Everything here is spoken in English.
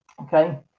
okay